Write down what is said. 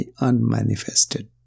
unmanifested